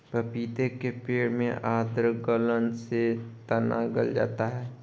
पपीते के पेड़ में आद्र गलन से तना गल जाता है